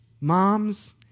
moms